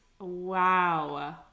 Wow